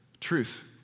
truth